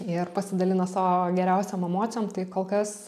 ir pasidalina savo geriausiom emocijom tai kol kas